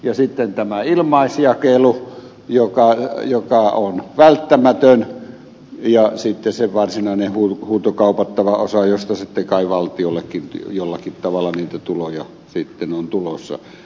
ja sitten on tämä ilmaisjakelu joka on välttämätön ja sitten on se varsinainen huutokaupattava osa josta sitten kai valtiollekin jollakin tavalla niitä tuloja on tulossa